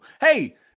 Hey